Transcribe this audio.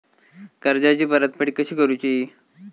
कर्जाची परतफेड कशी करूची?